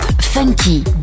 Funky